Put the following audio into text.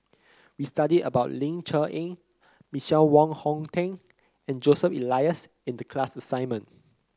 we studied about Ling Cher Eng Michael Wong Hong Teng and Joseph Elias in the class assignment